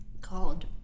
called